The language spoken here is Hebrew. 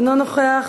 אינו נוכח,